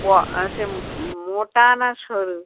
ব সে মোটা না শরু